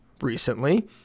recently